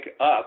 up